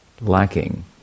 lacking